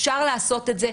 אפשר לעשות את זה,